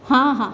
हां हां